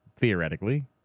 theoretically